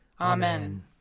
Amen